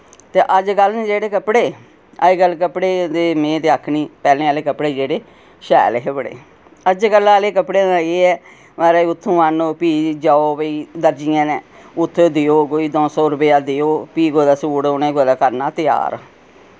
ते अजकल न जेह्ड़े कपड़े अजकल कपड़े ते में ते आखनी पैह्लें आह्ले कपड़े जेह्ड़े शैल हे बड़े अजकल आह्ले कपड़ें दा एह् ऐ माराज उत्थुआं आह्नो फ्ही जाओ भाई दर्जिये नै उत्थै देओ कोई दौं सौ रपेआ देओ फ्ही कुतै सूट उ'नें कुतै करना त्यार